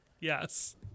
Yes